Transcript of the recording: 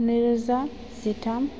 नैरोजा जिथाम